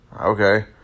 okay